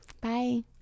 Bye